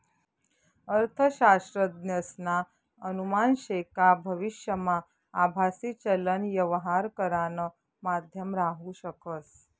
अर्थशास्त्रज्ञसना अनुमान शे का भविष्यमा आभासी चलन यवहार करानं माध्यम राहू शकस